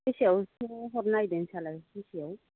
बेसेआवथो हरनो नागिरदों नोंसालाय बेसेआव